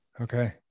okay